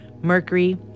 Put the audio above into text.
Mercury